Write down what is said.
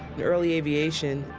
the early aviation,